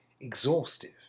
exhaustive